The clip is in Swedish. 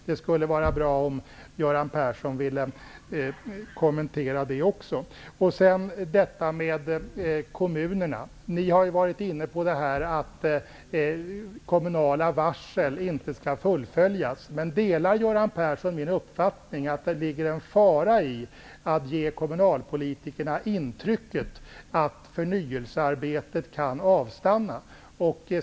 Det skulle vara bra om Göran Persson ville kommentera det också. Jag vill kommentera frågan om kommunerna. Ni socialdemokrater har varit inne på att kommunala varsel inte skall fullföljas. Delar Göran Persson min uppfattning om att det ligger en fara i att ge kommunalpolitikerna intrycket att förnyelsearbetet kan avstanna?